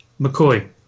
mccoy